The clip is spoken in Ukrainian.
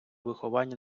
виховання